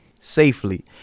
Safely